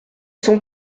sont